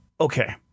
okay